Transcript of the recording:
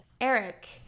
Eric